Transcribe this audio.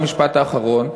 במשפט האחרון,